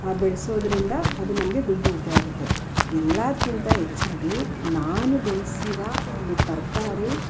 ಬೆಳೆಸೋದ್ರಿಂದ ಅದು ನಮಗೆ ದುಡ್ಡು ಉಳಿತಾಯ ಆಗುತ್ತೆ ಎಲ್ಲಾದಕ್ಕಿಂತ ಹೆಚ್ಚಾಗಿ ನಾನು ಬೆಳ್ಸಿರೋ ಒಂದು ತರಕಾರಿ